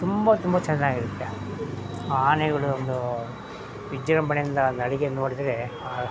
ತುಂಬ ತುಂಬ ಚೆನ್ನಾಗಿರುತ್ತೆ ಆನೆಗಳೊಂದು ವಿಜೃಂಭಣೆಯಿಂದ ನಡಿಗೆ ನೋಡಿದರೆ